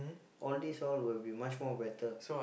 all these all will be much more better